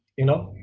you know,